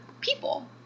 people